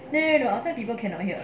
no no no outside people cannot hear us